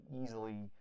easily